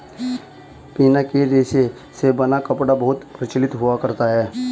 पिना के रेशे से बना कपड़ा बहुत प्रचलित हुआ करता था